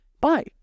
bye